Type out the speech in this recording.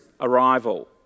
arrival